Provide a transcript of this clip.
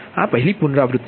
આ પહેલી પુનરાવૃત્તિ હતી